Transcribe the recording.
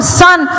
son